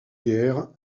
guerres